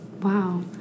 wow